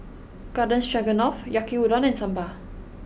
Garden Stroganoff Yaki Udon and Sambar